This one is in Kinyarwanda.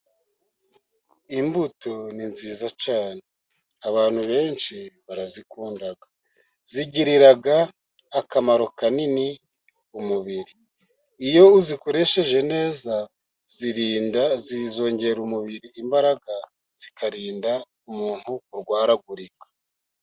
Imbuto ni nziza cyane, abantu benshi barazikunda zigirira akamaro kanini umubiri, iyo uzikoresheje neza zongerera umubiri imbaraga, zikarinda umuntu kurwaragurika.